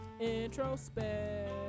introspect